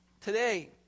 Today